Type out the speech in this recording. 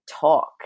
talk